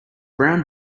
brown